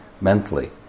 mentally